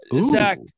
Zach